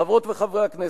חברות וחברי הכנסת,